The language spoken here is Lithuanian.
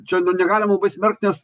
čia ne negalim labai smerkt nes